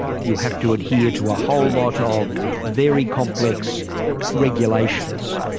you have to adhere to a whole lot of very complex regulations.